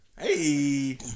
Hey